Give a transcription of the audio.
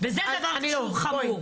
וזה דבר שהוא חמור,